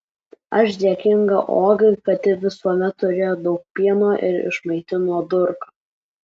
aš dėkinga ogai kad ji visuomet turėjo daug pieno ir išmaitino durką